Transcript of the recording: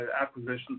acquisitions